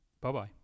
Bye-bye